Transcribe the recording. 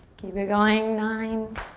keep it going, nine.